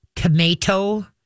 Tomato